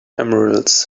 emeralds